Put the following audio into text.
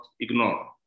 ignore